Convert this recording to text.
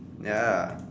ya